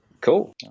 Cool